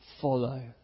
follow